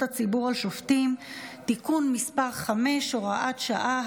הציבור על שופטים (תיקון מס' 5) (הוראת שעה),